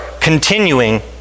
continuing